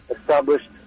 established